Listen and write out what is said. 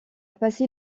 passé